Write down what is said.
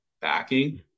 backing